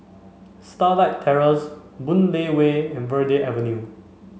Starlight Terrace Boon Lay Way and Verde Avenue